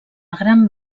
gran